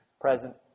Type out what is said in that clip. present